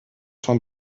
von